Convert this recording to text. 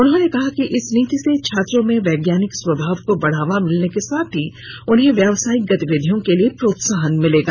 उन्होंने कहा कि इस नीति से छात्रों में वैज्ञानिक स्वभाव को बढ़ावा मिलने के साथ ही उन्हें व्यावसायिक गतिविधियों के लिए प्रोत्सााहन मिलेगा